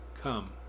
Come